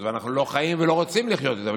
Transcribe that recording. אנחנו לא חיים ולא רוצים לחיות איתם.